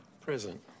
Present